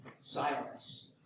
silence